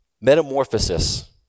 Metamorphosis